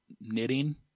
knitting